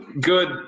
good